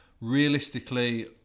Realistically